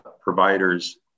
provider's